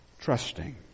Trusting